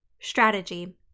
Strategy